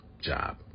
job